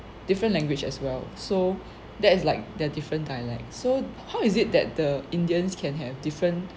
different language as well so that is like the different dialects so how is it that the indians can have different